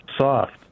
soft